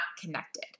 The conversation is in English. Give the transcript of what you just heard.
connected